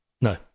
No